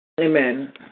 Amen